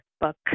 book